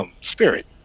Spirit